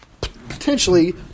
potentially